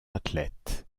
athlète